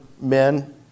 men